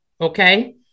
okay